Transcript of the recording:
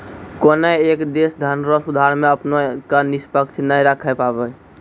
कोनय एक देश धनरो सुधार मे अपना क निष्पक्ष नाय राखै पाबै